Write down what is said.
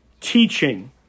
teaching